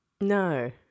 No